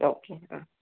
okay ആഹ്